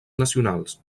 nacionals